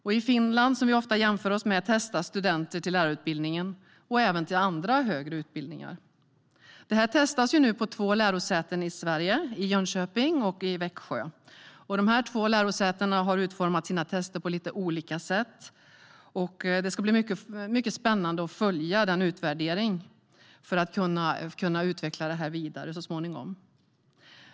I Finland, som vi ofta jämför oss med, testas studenter till lärarutbildningen och även till andra högre utbildningar. Detta prövas nu på två lärosäten i Sverige, nämligen i Jönköping och Växjö. De två lärosätena har utformat sina tester på lite olika sätt, och det ska bli mycket spännande att följa utvärderingen av dessa för att kunna utveckla detta vidare så småningom.